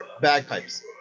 Bagpipes